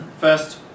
first